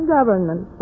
Government